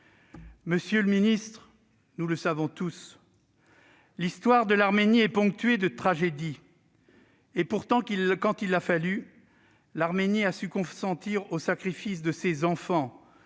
Monsieur le secrétaire d'État, nous le savons tous, l'histoire de l'Arménie est ponctuée de tragédies. Pourtant, quand il l'a fallu, l'Arménie a su consentir au sacrifice de ses enfants